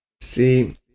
See